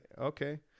Okay